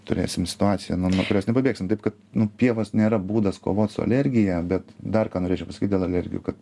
turėsim situaciją nu kurios nepabėgsim taip kad pievas nėra būdas kovot su energija bet dar ką norėčiau pasakyt dėl alergijų kad